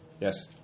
Yes